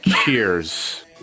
Cheers